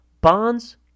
Bonds